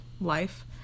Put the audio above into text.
life